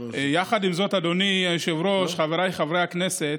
יחד עם זאת, אדוני היושב-ראש, חבריי חברי הכנסת,